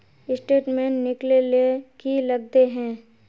Statement निकले ले की लगते है?